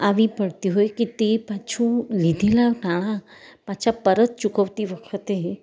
આવી પડતી હોય કે તે પાછું લીધેલા નાણાં પાછા પરત ચૂકવતી વખતે